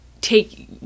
take